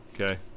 Okay